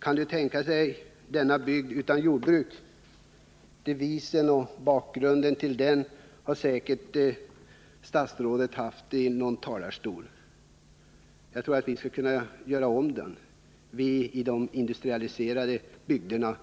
Kan du tänka dig denna bygd utan jordbruk? Den devisen har säkert statsrådet haft som bakgrund i någon talarstol. Jag tror att vi skulle kunna göra om den. Vi i de industrialiserade bygderna